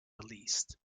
released